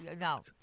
no